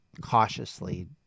cautiously